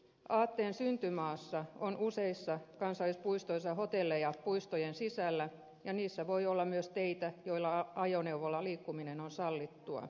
aatteen syntymaassa on useissa kansallispuistoissa hotelleja puistojen sisällä ja niissä voi olla myös teitä joilla ajoneuvoilla liikkuminen on sallittua